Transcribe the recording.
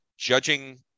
Judging